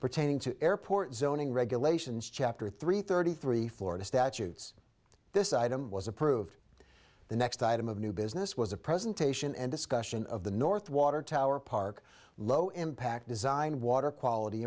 pertaining to airport zoning regulations chapter three thirty three florida statutes this item was approved the next item of new business was a presentation and discussion of the north water tower park low impact design water quality